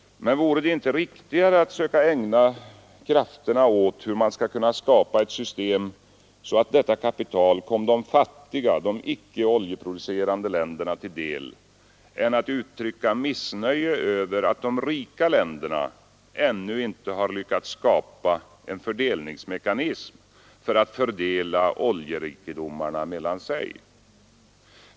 Men vore det inte rimligare att söka ägna sina krafter åt hur man skall kunna skapa ett system så att detta kapital kom de fattiga, icke-oljeproducerande länderna till del, än att uttrycka missnöje över att de rika länderna ännu inte lyckats skapa en fördelningsmekanism för att fördela oljerikedomarna mellan sig?